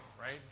right